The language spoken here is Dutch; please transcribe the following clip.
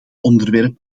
onderwerp